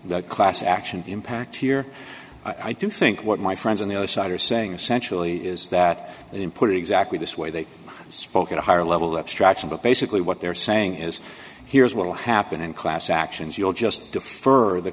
about class action impact here i do think what my friends on the other side are saying essentially is that they didn't put it exactly this way they spoke at a higher level abstraction but basically what they're saying is here's what will happen in class actions you'll just defer the